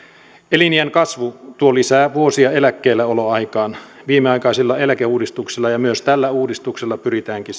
eliniän kasvu tuo lisää vuosia eläkkeelläoloaikaan viimeaikaisilla eläkeuudistuksilla ja myös tällä uudistuksella pyritäänkin